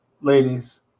ladies